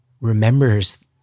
remembers